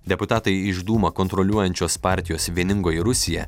deputatai iš dūmą kontroliuojančios partijos vieningoji rusija